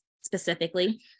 Specifically